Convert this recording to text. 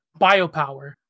biopower